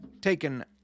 taken